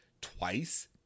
twice